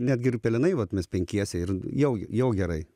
netgi ir pelenai vat mes penkiese jau jau gerai